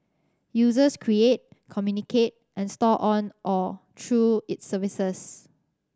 users create communicate and store on or through its services